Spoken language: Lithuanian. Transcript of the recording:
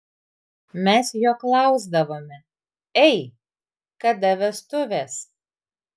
mes jo klausdavome ei kada vestuvės